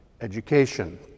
education